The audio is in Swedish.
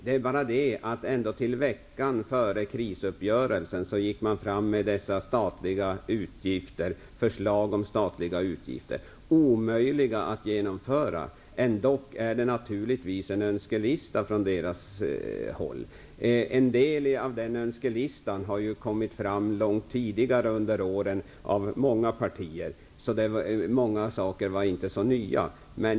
Det är bara det att ända till veckan före krisuppgörelsen gick man fram med dessa förslag om statliga utgifter, omöjliga att genomföra. Ändå är det naturligtvis en önskelista från socialdemokraternas sida. En del av det som finns upptaget på den önskelistan har förts fram långt tidigare under åren från andra partier, så många saker var inte så nya.